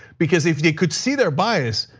because if they could see they are bias,